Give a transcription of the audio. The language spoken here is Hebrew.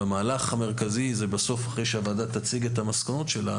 והמהלך המרכזי הוא אחרי שהוועדה תציג את המסקנות שלה,